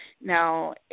Now